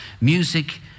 music